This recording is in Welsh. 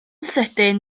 sydyn